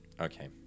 Okay